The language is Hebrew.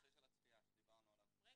או משהו אחר שלא קשור לחוק הזה - אז